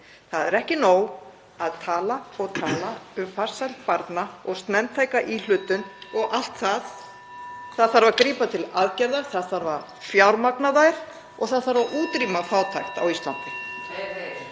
Það er ekki nóg að tala og tala um farsæld barna og snemmtæka íhlutun og allt það, það þarf að grípa til aðgerða, það þarf að fjármagna þær og það þarf að útrýma fátækt á Íslandi.